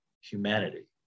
humanity